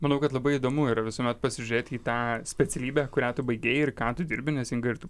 manau kad labai įdomu yra visuomet pasižiūrėti į tą specialybę kurią tu baigei ir ką tu dirbi nes inga ir tu